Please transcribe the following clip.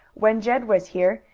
when jed was here,